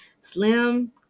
Slim